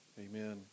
Amen